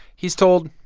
he's told,